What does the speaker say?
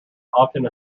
often